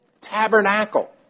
tabernacle